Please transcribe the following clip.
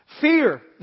Fear